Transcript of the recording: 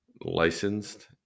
licensed